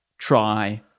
try